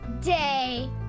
day